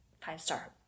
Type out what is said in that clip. five-star